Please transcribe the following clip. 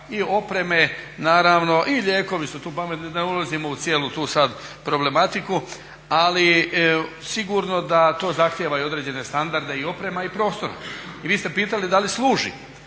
i opreme naravno i lijekovi su tu … da ne ulazimo u cijelu tu sada problematiku. Ali sigurno da to zahtjeva određene standarde i oprema i prostora i vi ste pitali da li služi.